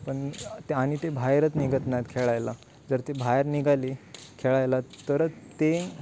पण ते आणि ते बाहेरच निघत नाहीत खेळायला जर ते बाहेर निघाली खेळायला तरच ते